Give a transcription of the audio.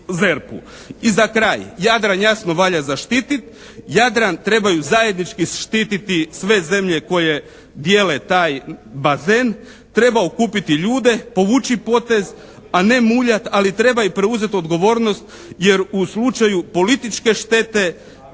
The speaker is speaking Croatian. I za kraj, Jadran jasno valja zaštiti. Jadran trebaju zajednički štiti sve zemlje koje dijele taj bazen. Treba okupiti ljude, povući potez, a ne muljati. Ali treba I preuzeti i odgovornost, jer u slučaju političke štete,